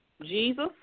Jesus